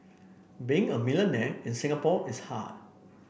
being a millionaire in Singapore is hard